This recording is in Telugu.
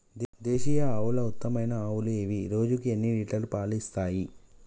దేశీయ ఆవుల ఉత్తమమైన ఆవులు ఏవి? రోజుకు ఎన్ని లీటర్ల పాలు ఇస్తాయి?